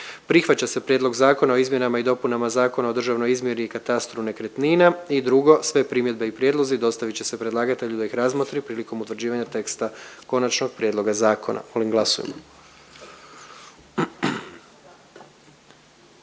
Prihvaća se Prijedlog zakona o izmjenama i dopunama Zakona o državnoj izmjeri i katastru nekretnina. 1. Sve primjedbe i prijedlozi dostavit će se predlagatelju da ih razmotri prilikom utvrđivanja teksta konačnog prijedloga zakona. Molim glasujmo.